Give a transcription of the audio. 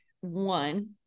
one